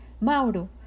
Mauro